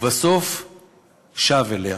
ובסוף שב אליה.